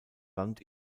land